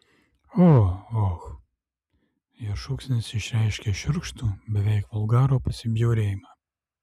o och jos šūksnis išreiškė šiurkštų beveik vulgarų pasibjaurėjimą